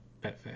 Betfair